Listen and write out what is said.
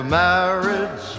marriage